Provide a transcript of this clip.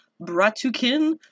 Bratukin